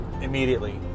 immediately